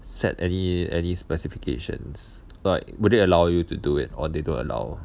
set any any specifications like would they allow you to do it or they don't allow